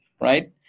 right